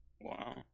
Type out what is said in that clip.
Wow